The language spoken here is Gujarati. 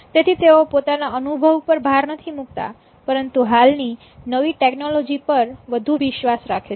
તેથી તેઓ પોતાના અનુભવ પર ભાર નથી મુકતા પરંતુ હાલ ની નવી ટેકનોલોજી પર વધુ વિશ્વાસ રાખે છે